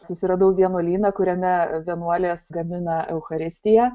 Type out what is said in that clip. susiradau vienuolyną kuriame vienuolės gamina eucharistiją